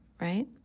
right